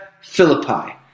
Philippi